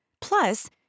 Plus